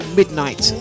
midnight